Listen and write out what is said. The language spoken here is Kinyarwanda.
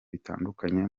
bitandukanye